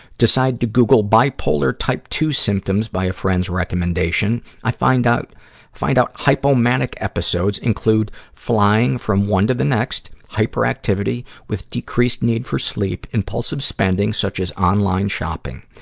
decide to google bipolar type two symptoms by a friend's recommendation. i find out find out hypomanic episodes include flying from one to the next, hyperactivity with increased need for sleep, impulsive spending such as online shopping.